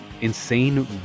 insane